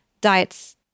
diets